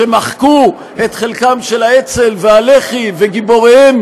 כשמחקו את חלקם של האצ"ל והלח"י וגיבוריהם